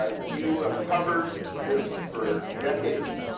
ah you have covered this for decades.